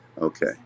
okay